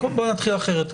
בוא נתחיל אחרת.